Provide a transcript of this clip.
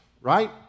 right